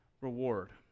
reward